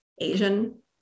Asian